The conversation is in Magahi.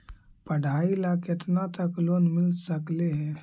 पढाई ल केतना तक लोन मिल सकले हे?